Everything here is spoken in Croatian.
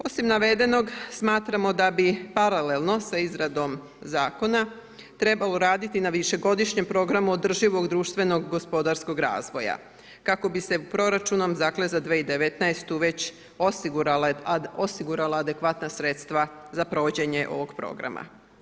Osim navedenog, smatramo da bi paralelno sa izradom Zakona trebalo raditi na višegodišnjem programu održivog društvenog gospodarskog razvoja kako bi se proračunom, dakle za 2019. već osigurala adekvatna sredstva za provođenje ovog programa.